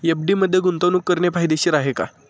FD मध्ये गुंतवणूक करणे फायदेशीर आहे का?